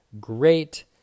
great